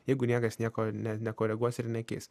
jeigu niekas nieko ne nekoreguos ir nekeis